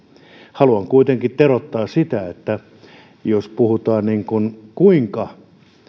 haluan kuitenkin teroittaa sitä että jos puhutaan siitä kuinka